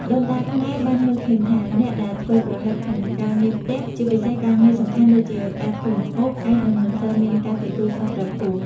ដូនតាខ្មែរបានមើលឃើញថា អ្នកដែលធ្វេសប្រហែសក្នុងការងារផ្ទះ ជាពិសេសការងារសំខាន់ដូចជាការធ្វើម្ហូប អាចនឹងមិនសូវមានការទទួលខុសត្រូវខ្ពស់។